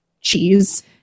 cheese